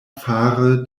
fare